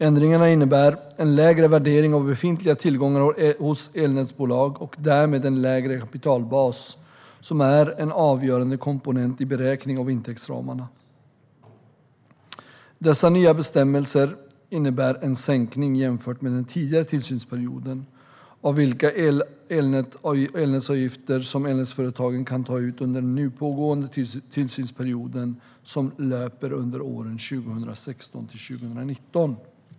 Ändringarna innebär en lägre värdering av befintliga tillgångar hos elnätsbolagen och därmed en lägre kapitalbas, som är en avgörande komponent i beräkning av intäktsramarna. Dessa nya bestämmelser innebar en sänkning, jämfört med den tidigare tillsynsperioden, av vilka elnätsavgifter som elnätsföretagen kan ta ut under den nu pågående tillsynsperioden som löper under åren 2016 till 2019.